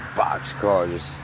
boxcars